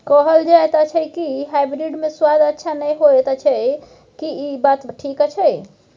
कहल जायत अछि की हाइब्रिड मे स्वाद अच्छा नही होयत अछि, की इ बात ठीक अछि?